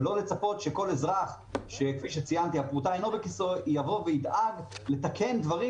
ולא לצפות שכל אזרח יבוא וידאג לתקן דברים